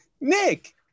Nick